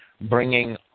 bringing